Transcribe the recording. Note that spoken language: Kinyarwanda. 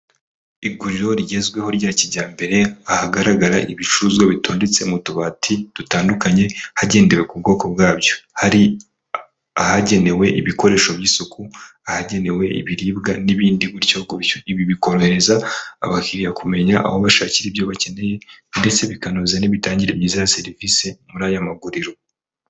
Iguriro rigezweho rya kijyambere ahagaragara ibicuruzwa bitondetse mu tubati dutandukanye hagendewe ku bwoko bwabyo, hari ahagenewe ibikoresho by'isuku, ahagenewe ibiribwa n'ibindi, gutyo gutyo. Ibi bikorohereza abakiriya kumenya aho bashakira ibyo bakeneye ndetse bikanoza n'imitangire myiza ya serivise muri aya maguriro.